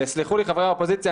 ויסלחו לי חברי האופוזיציה,